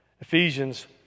Ephesians